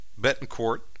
Betancourt